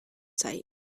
site